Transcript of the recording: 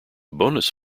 bonus